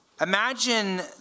Imagine